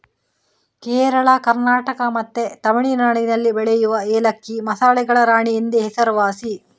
ಕೇರಳ, ಕರ್ನಾಟಕ ಮತ್ತೆ ತಮಿಳುನಾಡಿನಲ್ಲಿ ಬೆಳೆಯುವ ಏಲಕ್ಕಿ ಮಸಾಲೆಗಳ ರಾಣಿ ಎಂದೇ ಹೆಸರುವಾಸಿ